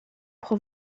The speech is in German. pro